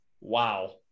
wow